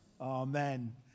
Amen